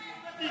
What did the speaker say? תתנצל.